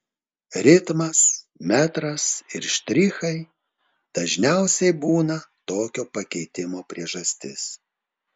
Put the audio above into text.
ritmas metras ir štrichai dažniausiai būna tokio pakeitimo priežastis